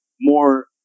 more